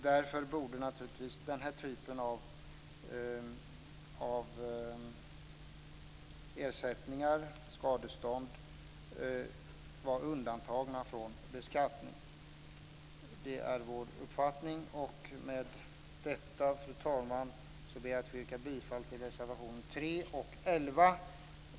Därför borde naturligtvis den här typen av ersättningar och skadestånd vara undantagna från beskattning. Det är vår uppfattning. Fru talman! Med detta ber jag att få yrka bifall till reservation 3 och 11.